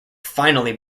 finally